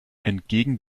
entgegen